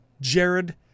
Jared